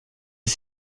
est